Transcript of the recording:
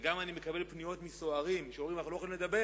אני גם מקבל פניות מסוהרים שאומרים: אנחנו לא יכולים לדבר,